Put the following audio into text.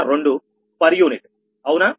102 per unit సరేనా మరియు